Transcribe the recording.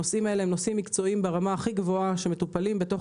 הנושאים הללו מטופלים ברמה הכי גבוהה בתוך